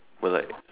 but like